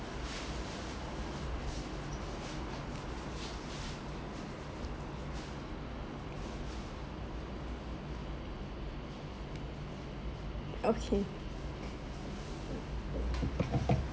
okay